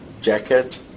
jacket